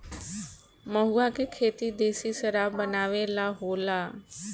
महुवा के खेती देशी शराब बनावे ला होला